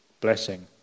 Blessing